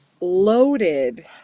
loaded